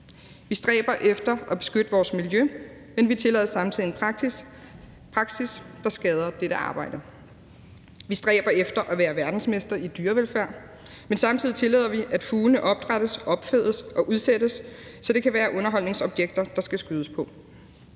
Vi stræber efter at beskytte vores miljø, men vi tillader samtidig en praksis, der skader dette arbejde. Vi stræber efter at være verdensmestre i dyrevelfærd, men samtidig tillader vi, at fuglene opdrættes, opfedes og udsættes, så de kan være underholdningsobjekter, der skal skydes på.